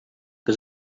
que